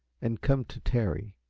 and come to tarry,